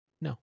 no